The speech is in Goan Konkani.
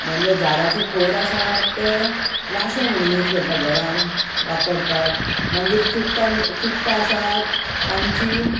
म्हणजे झाडाचें खोड आसा तें वांशे म्हणून यूज करतात घरांत वापरतात मागीर चुडटां आसात तांचीं